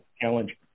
challenge